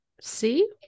See